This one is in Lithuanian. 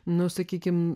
nu sakykime